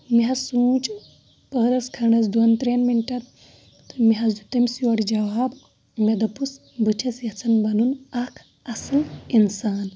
مےٚ حظ سوٗنٛچ پٔہرَس کھَنڈَس دۄن ترٛٮ۪ن مِنٹَن تہٕ مےٚ حظ دیُٚت تٔمِس یورٕ جواب مےٚ دوٚپُس بہٕ چھس یَژھان بَنُن اَکھ اَصٕل اِنسان